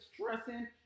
stressing